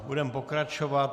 Budeme pokračovat.